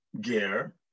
gear